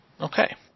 Okay